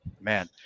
man